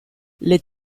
les